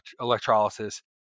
electrolysis